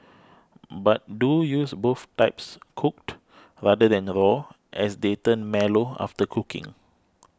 but do use both types cooked rather than raw as they turn mellow after cooking